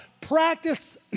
Practice